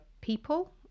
people